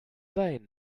sein